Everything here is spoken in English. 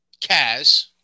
Kaz